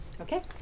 Okay